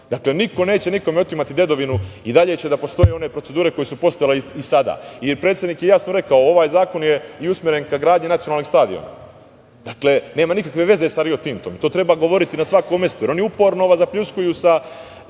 Dakle, niko neće nikome otimati dedovinu i dalje će da postoje one procedure koje su postojale i sada. Predsednik je jasno rekao, ovaj zakon je i usmeren ka gradnji nacionalnog stadiona. Dakle, nema nikakve veze sa Rio Tintom, to treba govoriti na svakom mestu. Oni uporno vas zapljuskuju sa